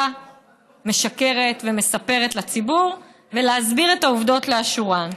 משקרת ומספרת לציבור ולהסביר את העובדות לאשורן.